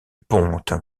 ponte